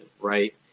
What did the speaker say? right